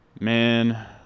Man